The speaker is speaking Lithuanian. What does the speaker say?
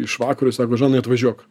iš vakaro ir sako žanai atvažiuok